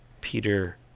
peter